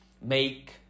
make